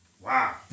Wow